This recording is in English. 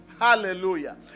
Hallelujah